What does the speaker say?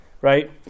right